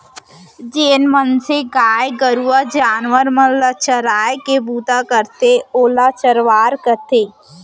जेन मनसे गाय गरू जानवर मन ल चराय के बूता करथे ओला चरवार कथें